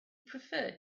preferred